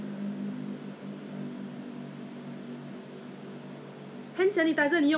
一粒一粒的 lor like you know like a bump like a like the blister blister 起泡这样